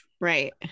Right